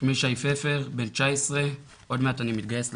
שמי שי פפר, בן 19 עוד מעט אני מתגייס לצבא.